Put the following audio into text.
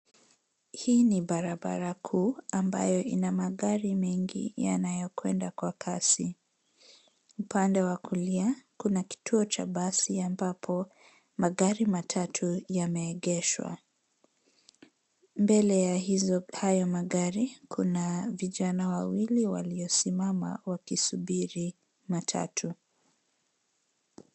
Hii ni barabara kuu ambayo ina magari mengi yanayokwenda kwa kasi. Upande wa kulia kuna kituo cha basi ambapo magari matatu yameegeshwa. Mbele ya hayo magari kuna vijana wawili waliosimama wakisubiri matatu.